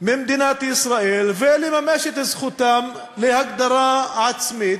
ממדינת ישראל, לממש את זכותם להגדרה עצמית.